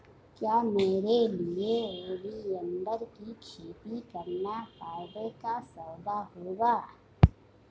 क्या मेरे लिए ओलियंडर की खेती करना फायदे का सौदा होगा?